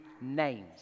names